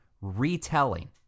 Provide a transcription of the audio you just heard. retelling